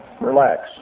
relax